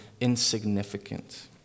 insignificant